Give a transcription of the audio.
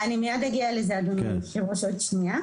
אני מיד אגיע לזה אדוני היושב ראש, עוד שנייה,